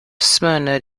smyrna